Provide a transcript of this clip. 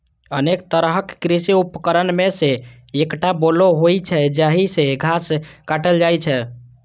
अनेक तरहक कृषि उपकरण मे सं एकटा बोलो होइ छै, जाहि सं घास काटल जाइ छै